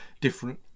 different